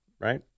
right